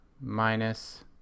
minus